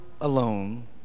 alone